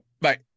Bye